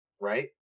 right